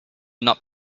not